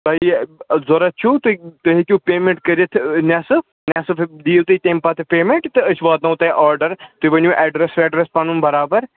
تۄہہِ ضوٚرَتھ چھُو تُہۍ تُہۍ ہیٚکِو پیمٮ۪نٛٹ کٔرِتھ نٮ۪صٕف نٮ۪صٕف دِیِو تُہۍ تَمۍ پَتہٕ پیمٮ۪نٛٹ تہٕ أسۍ واتناوو تۄہہِ آڈَر تُہۍ ؤنِو اٮ۪ڈرٮ۪س وٮ۪ڈرٮ۪س پَنُن برابر